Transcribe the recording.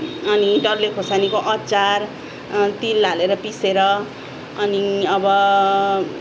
अनि डल्ले खोर्सानीको अचार तिल हालेर पिसेर अनि अब